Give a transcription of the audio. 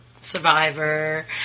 Survivor